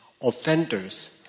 offenders